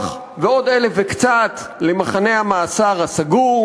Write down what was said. ועוד 1,000 וקצת למחנה המעצר הסגור,